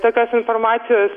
tokios informacijos